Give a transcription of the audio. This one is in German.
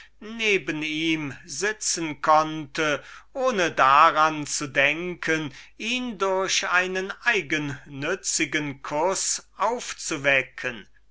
neben ihm sitzen konnte ohne daran zu denken ihn durch einen eigennützigen kuß aufzuwecken